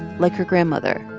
like her grandmother,